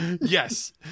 yes